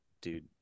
dude